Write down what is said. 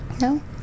No